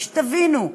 שתבינו,